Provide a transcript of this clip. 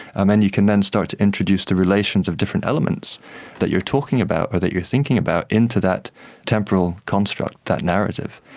and then you can then start to introduce the relations of different elements that you're talking about or that you're thinking about into that temporal construct, that narrative.